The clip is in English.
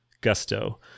gusto